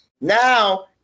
now